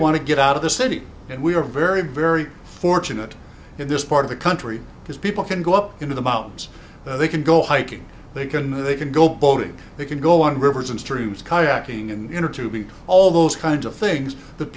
were to get out of the city and we are very very fortunate in this part of the country because people can go up into the mountains they can go hiking they can they can go boating they can go on rivers and streams kayaking and innertube all those kinds of things that